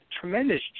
tremendous